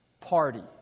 party